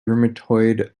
rheumatoid